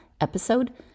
episode